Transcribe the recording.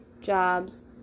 jobs